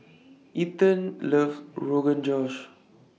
Ethan loves Rogan Josh